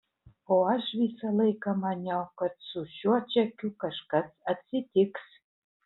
o aš visą laiką maniau kad su šiuo čekiu kažkas atsitiks